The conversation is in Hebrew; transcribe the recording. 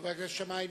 חבר הכנסת שאמה,